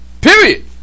Period